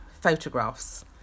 photographs